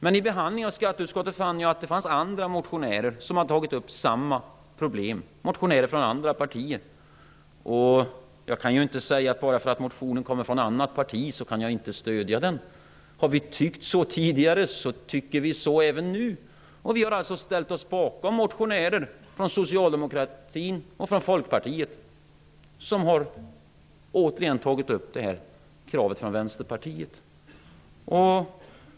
Men vid behandlingen i skatteutskottet fann jag att motionärer från andra partier har tagit upp samma problem. Jag kan inte säga att jag inte stöder en motion bara för att den kommer från ett annat parti. Om vi har tyckt så tidigare, tycker vi så även nu. Vi har alltså ställt oss bakom motioner från Socialdemokraterna och Folkpartiet, där detta krav från Vänsterpartiet återigen har tagits upp.